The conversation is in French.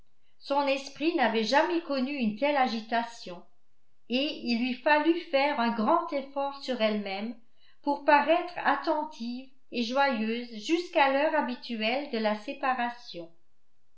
son esprit n'avait jamais connu une telle agitation et il lui fallut faire un grand effort sur elle-même pour paraître attentive et joyeuse jusqu'à l'heure habituelle de la séparation